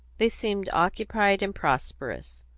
they seemed occupied and prosperous,